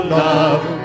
love